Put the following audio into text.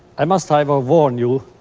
i must, however, warn you,